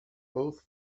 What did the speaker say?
both